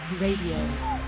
Radio